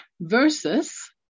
versus